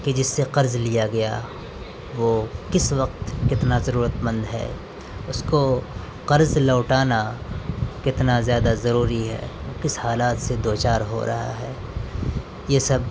کہ جس سے قرض لیا گیا وہ کس وقت کتنا ضرورتمند ہے اس کو قرض لوٹانا کتنا زیادہ ضروری ہے کس حالات سے دوچار ہو رہا ہے یہ سب